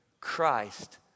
Christ